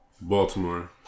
Baltimore